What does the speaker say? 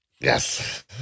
Yes